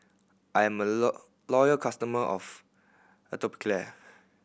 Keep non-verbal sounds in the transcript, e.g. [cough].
I'm a [unintelligible] loyal customer of Atopiclair